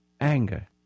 anger